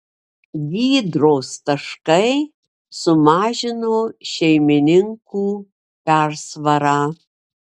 gydros taškai sumažino šeimininkų persvarą